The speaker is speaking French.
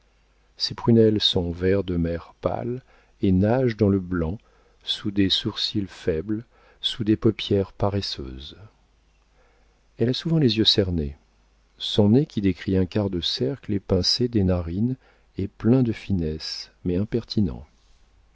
ses prunelles sont vert de mer pâle et nagent dans le blanc sous des sourcils faibles sous des paupières paresseuses elle a souvent les yeux cernés son nez qui décrit un quart de cercle est pincé des narines et plein de finesse mais impertinent